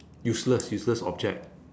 useless useless object